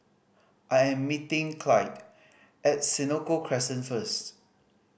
I am meeting Clide at Senoko Crescent first